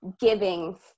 giving